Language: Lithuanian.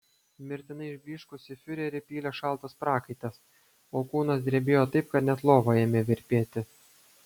mirtinai išblyškusį fiurerį pylė šaltas prakaitas o kūnas drebėjo taip kad net lova ėmė virpėti